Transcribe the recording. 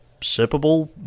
sippable